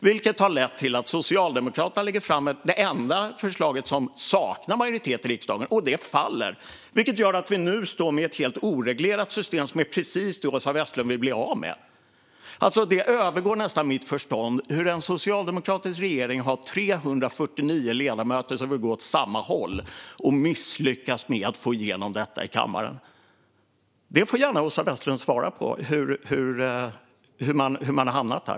Det ledde till att Socialdemokraterna lade fram det enda förslaget som saknar majoritet i riksdagen, och det föll. Det gör att vi nu står med ett helt oreglerat system som är precis det Åsa Westlund vill bli av med. Det övergår nästan mitt förstånd hur en socialdemokratisk regering kan ha 349 ledamöter som vill gå åt samma håll och misslyckas med att få igenom detta i kammaren. Åsa Westlund får gärna svara på hur man har hamnat där.